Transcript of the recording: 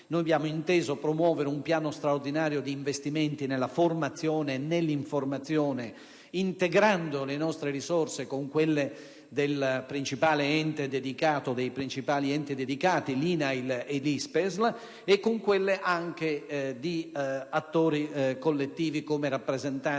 abbiamo inteso promuovere un piano straordinario di investimenti nella formazione e nell'informazione, integrando le nostre risorse con quelle dei principali enti dedicati (INAIL e ISPESL) e con quelle di attori collettivi, come le rappresentanze